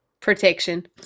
protection